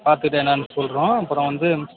பார்த்துட்டு என்னான்னு சொல்கிறோம் அப்புறோம் வந்து